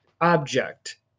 object